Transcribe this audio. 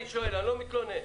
אני לא מתלונן.